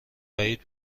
بعید